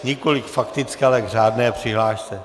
Nikoliv k faktické, ale k řádné přihlášce.